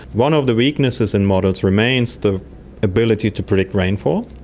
one of the weaknesses in models remains the ability to predict rainfall.